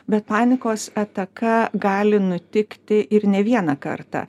bet panikos ataka gali nutikti ir ne vieną kartą